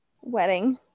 wedding